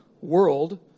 world